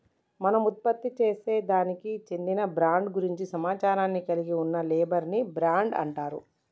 మనం ఉత్పత్తిసేసే దానికి చెందిన బ్రాండ్ గురించి సమాచారాన్ని కలిగి ఉన్న లేబుల్ ని బ్రాండ్ అంటారు